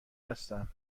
هستم